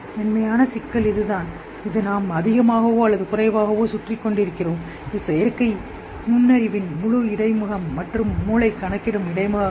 மென்மையான சிக்கல் இதுதான் இது நாம் அதிகமாகவோ அல்லது குறைவாகவோ சுற்றிக் கொண்டிருக்கிறோம் இது செயற்கை நுண்ணறிவின் முழு இடைமுகம் மற்றும் மூளை கணக்கிடும் இடைமுகங்கள்